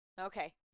Okay